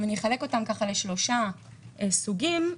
אחלק אותם לשלושה סוגים: